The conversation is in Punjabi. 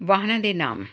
ਵਾਹਨਾਂ ਦੇ ਨਾਮ